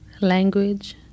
language